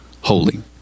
holy